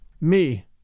Me